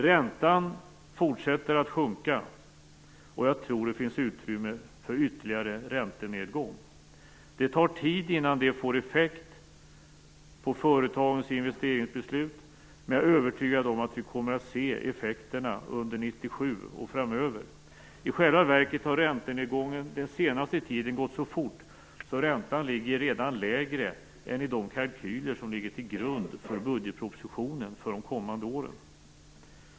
Räntan fortsätter att sjunka. Och jag tror att det finns utrymme för ytterligare räntenedgång. Det tar tid innan det får effekt på företagens investeringsbeslut. Men jag är övertygad om att vi kommer att se effekterna under 1997 och framöver. I själva verket har räntenedgången under den senaste tiden gått så fort att räntan redan ligger lägre än i de kalkyler som ligger till grund för budgetpropositionen för de kommande åren.